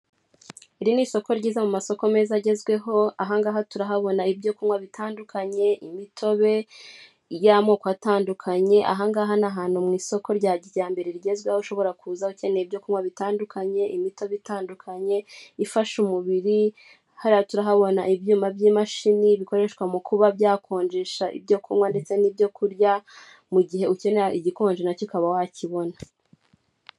Iri ni isoko ryiza mu masoko meza agezweho, aha ngaha turahabona ibyo kunywa bitandukanye, imitobe y'amoko atandukanye, aha ngaha ni ahantu mu isoko rya kijyambere rigezweho, aho ushobora kuza ukeneye ibyo kunywa bitandukanye, imitobe itandukanye ifasha umubiri, hariya turahabona ibyuma by'imashini bikoreshwa mu kuba byakonjesha ibyo kunywa ndetse n'ibyo kurya, mu gihe ukenera igikonje na cyo ukaba wakibona.